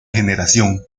generación